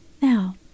Now